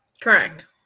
Correct